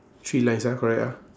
three lines ah correct ah